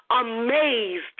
amazed